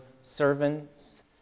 servants